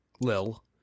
Lil